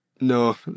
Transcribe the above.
no